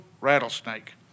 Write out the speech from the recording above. rattlesnake